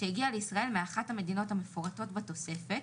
שהגיע לישראל מאחת המדינות המפורטות בתוספת,